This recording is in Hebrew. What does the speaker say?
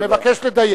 רק אני מבקש לדייק.